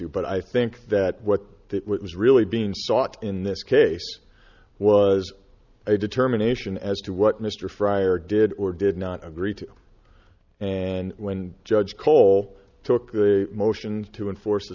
you but i think that what was really being sought in this case was a determination as to what mr fryer did or did not agree to and when judge cole took the motions to enforce